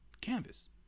canvas